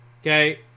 Okay